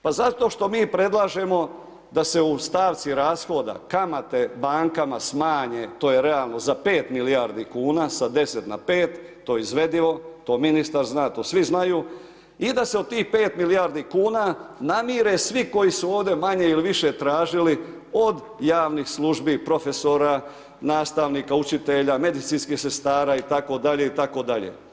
Pa zato što mi predlažemo da se u stavci rashoda kamate bankama smanje, to je realno, za 5 milijardi kuna, sa 10 na 5, to je izvedivo, to ministar zna, to svi znaju, i da se od tih 5 milijardi kuna namire svi koji su ovdje manje ili više tražili, od javnih službi, profesora, nastavnika, učitelja, medicinskih sestara, i tako dalje, i tako dalje.